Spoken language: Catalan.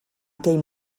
aquell